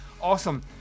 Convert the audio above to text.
awesome